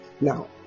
Now